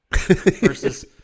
Versus